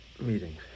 meeting